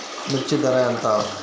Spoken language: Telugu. మిర్చి ధర ఎంత?